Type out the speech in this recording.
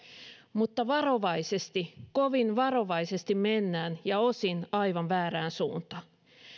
mutta varovaisesti kovin varovaisesti mennään ja osin aivan väärään suuntaan